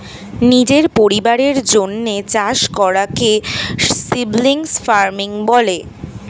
নিজের পরিবারের জন্যে চাষ করাকে সাবসিস্টেন্স ফার্মিং বলে